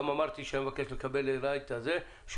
גם אמרתי שאני מבקש לקבל אליי את --- שוב,